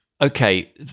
okay